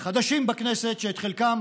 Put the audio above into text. וחדשים בכנסת, שאת חלקם